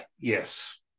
Yes